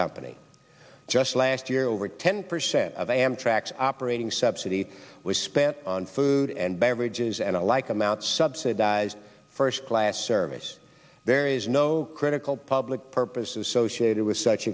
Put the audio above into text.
company just last year over ten percent of amtrak's operating subsidy was spent on food and beverages and a like amount subsidized first class service there is no critical public purpose associated